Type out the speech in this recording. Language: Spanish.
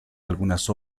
algunas